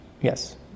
Yes